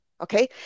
Okay